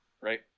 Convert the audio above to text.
Right